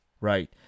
Right